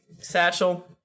satchel